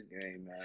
game